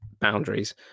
boundaries